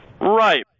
Right